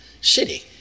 City